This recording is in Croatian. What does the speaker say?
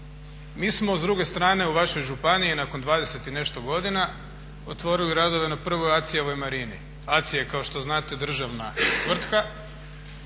Mi smo s druge strane u vašoj županiji nakon 20 i nešto godina otvorili radove na prvoj ACI-evoj marini. ACI je kao što znate državna tvrtka